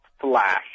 Flash